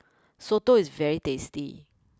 Soto is very tasty